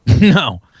No